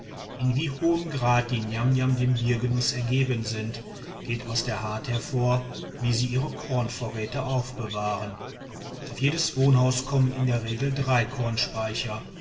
in wie hohem grad die niamniam dem biergenuß ergeben sind geht aus der art hervor wie sie ihre kornvorräte aufbewahren auf jedes wohnhaus kommen in der regel drei